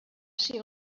ser